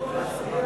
הצעת חוק